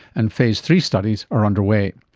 and phase three studies are underway.